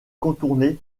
contourner